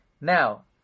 Now